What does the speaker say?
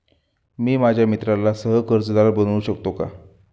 मी माझ्या मित्राला सह कर्जदार बनवू शकतो का?